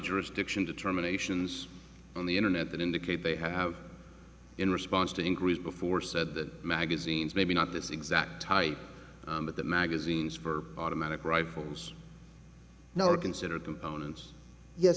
jurisdiction determinations on the internet that indicate they have in response to increase before said that magazines maybe not this exact type but the magazines for automatic rifles no considered components yes